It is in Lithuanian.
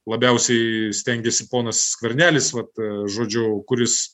labiausiai stengiasi ponas skvernelis vat žodžiu kuris